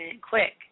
quick